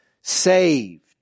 Saved